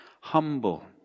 humble